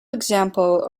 example